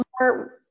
more